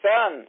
Son